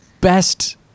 best